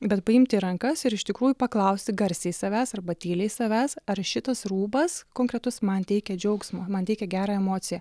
bet paimti į rankas ir iš tikrųjų paklausti garsiai savęs arba tyliai savęs ar šitas rūbas konkretus man teikia džiaugsmo man teikia gerą emociją